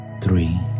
three